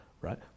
right